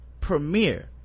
premiere